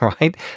right